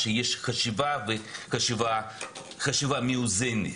הוא שלוקחים כדורים ומטפלים בהפרעה כדי שיהיה בחיים נורמליים,